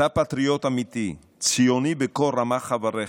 אתה פטריוט אמיתי, ציוני בכל רמ"ח איבריך.